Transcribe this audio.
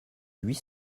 huit